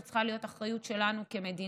זו צריכה להיות אחריות שלנו כמדינה.